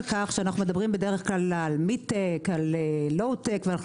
כשאנחנו מסתכלים קדימה ומדברים על גידול האוכלוסייה,